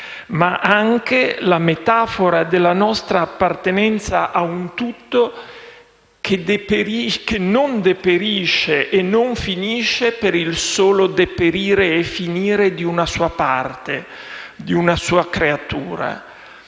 ma anche la metafora della nostra appartenenza a un tutto che non deperisce e non finisce per il solo deperire e finire di una sua parte, di una sua creatura.